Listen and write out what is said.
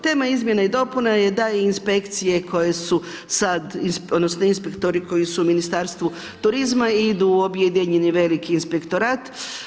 Tema izmjene i dopune, je da inspekcije koje su sada, odnosno, inspektori koji su u Ministarstvu turizma, idu u objedinjeni veliki inspektorat.